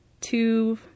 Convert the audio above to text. two